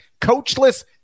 coachless